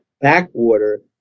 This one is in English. backwater